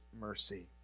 mercy